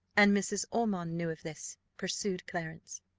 and mrs. ormond knew of this? pursued clarence.